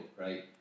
right